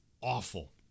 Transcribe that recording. awful